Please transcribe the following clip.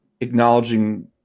Acknowledging